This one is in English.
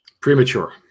premature